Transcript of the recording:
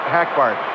Hackbart